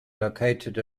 located